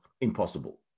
impossible